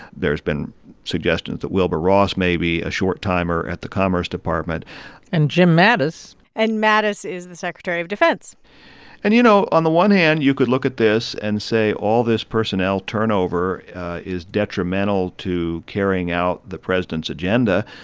there's been suggestions that wilbur ross may be a short-timer at the commerce department and jim mattis. and mattis is the secretary of defense and you know, on the one hand, you could look at this and say, all this personnel turnover is detrimental to carrying out the president's agenda.